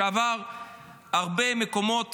שעבר הרבה מקומות